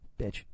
Bitch